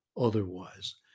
otherwise